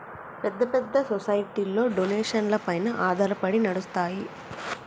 పెద్ద పెద్ద సొసైటీలు డొనేషన్లపైన ఆధారపడి నడుస్తాయి